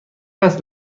است